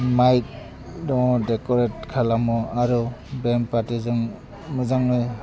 mic दङ देक'रेट खालामो आरो बेमफार्थिजों मोजाङै